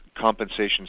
compensation